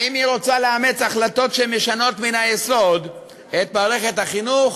האם היא רוצה לאמץ החלטות שמשנות מן היסוד את מערכת החינוך